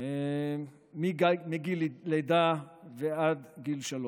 מגיל לידה ועד גיל שלוש.